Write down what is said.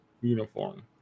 uniform